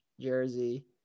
jersey